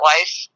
life